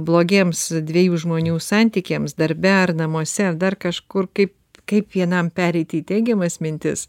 blogiems dviejų žmonių santykiams darbe ar namuose dar kažkur kaip kaip vienam pereiti į teigiamas mintis